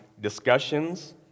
discussions